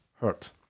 hurt